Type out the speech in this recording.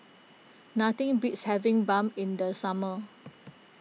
nothing beats having Bun in the summer